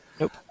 Nope